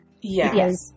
Yes